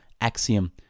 axiom